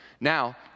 Now